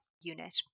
unit